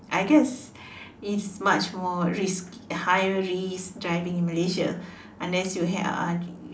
I guess it's much more risk higher risk driving in Malaysia unless you had uh